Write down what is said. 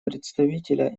представителя